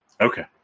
Okay